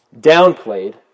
downplayed